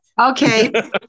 Okay